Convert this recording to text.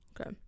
Okay